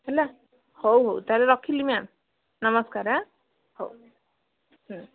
ହେଲା ହଉ ହଉ ତାହେଲେ ରଖିଲି ମ୍ୟାମ୍ ନମସ୍କାର ଆଁ ହଉ ହୁଁ